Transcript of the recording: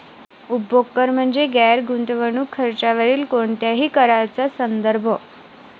उपभोग कर म्हणजे गैर गुंतवणूक खर्चावरील कोणत्याही कराचा संदर्भ